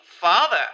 father